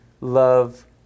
love